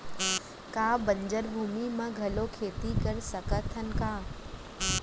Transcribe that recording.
का बंजर जमीन म घलो खेती कर सकथन का?